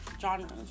genres